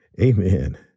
Amen